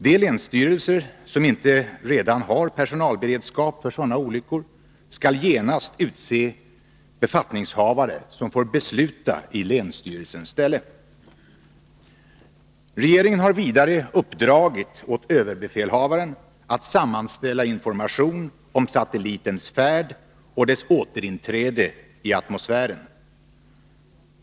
De länsstyrelser som inte redan har personalberedskap för sådana olyckor skall genast utse befattningshavare som får besluta i länsstyrelsens ställe. Regeringen har vidare uppdragit åt överbefälhavaren att sammanställa information om satellitens färd och dess återinträde i atmosfären.